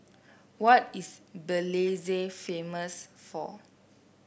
what is Belize famous for